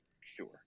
sure